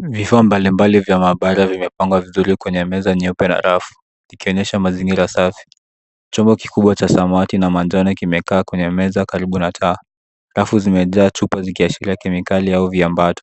Vifaa mbalimbali vya maabara vimepangwa vizuri kwenye meza nyeupe na rafu, ikionyesha mazingira safi. Chombo kikubwa cha samawati na manjano kimekaa kwenye meza karibu na taa. Rafu zimejaa chupa zikiashiria kemikali au viambata.